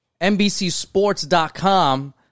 NBCSports.com